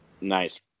nice